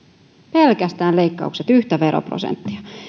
pelkästään leikkaukset yhtä veroprosenttia